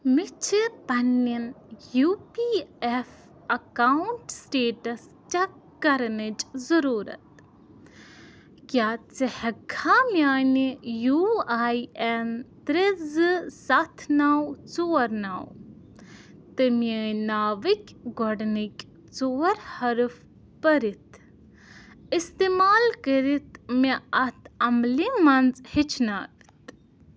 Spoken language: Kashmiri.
مےٚ چھِ پنٛنٮ۪ن U P F account status check کرنٕچ ضُروٗرت کیٛاہ ژٕ ہٮ۪ککھا میانہِ یوٗ آی اٮ۪ن ترٛےٚ زٕ سَتھ نو ژور نو تہٕ میٲنۍ ناوٕکۍ گۄڈنٕکۍ ژور حرف پٔرِتھ استعمال کٔرِتھ مےٚ اَتھ عملہِ منٛز ہیٚچھناوِتھ